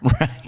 Right